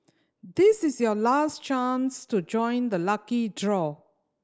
this is your last chance to join the lucky draw